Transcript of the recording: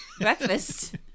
Breakfast